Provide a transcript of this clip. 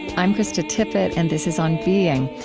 i'm krista tippett, and this is on being.